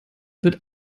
wird